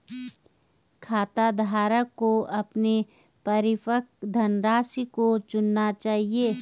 खाताधारक को अपने परिपक्व धनराशि को चुनना चाहिए